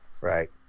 right